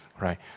right